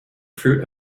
fruit